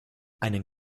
einen